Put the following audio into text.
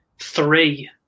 three